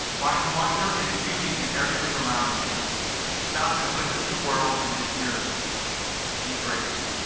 find wonder and beauty in everything around you stop and witness the world and its miracles be grateful